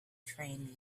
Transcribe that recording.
train